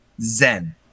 Zen